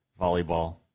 volleyball